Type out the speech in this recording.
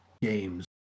games